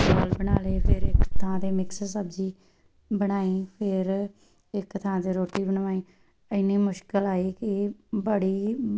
ਚੌਲ ਬਣਾ ਲਏ ਫਿਰ ਇੱਕ ਥਾਂ 'ਤੇ ਮਿਕਸ ਸਬਜ਼ੀ ਬਣਾਈ ਫਿਰ ਇੱਕ ਥਾਂ 'ਤੇ ਰੋਟੀ ਬਣਵਾਈ ਇੰਨੀ ਮੁਸ਼ਕਲ ਆਈ ਕਿ ਬੜੀ